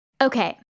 Okay